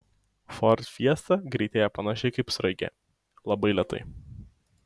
ford fiesta greitėja panašiai kaip sraigė labai lėtai